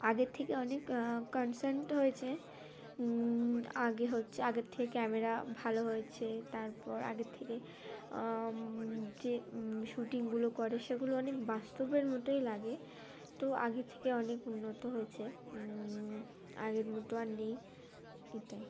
আগের থেকে অনেক কনসার্ন্ড হয়েছে আগে হচ্ছে আগের থেকে ক্যামেরা ভালো হয়েছে তারপর আগের থেকে যে শ্যুটিংগুলো করে সেগুলো অনেক বাস্তবের মতোই লাগে তো আগের থেকে অনেক উন্নত হয়েছে আগের মতো আর নেই এটাই